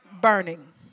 burning